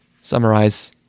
summarize